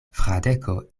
fradeko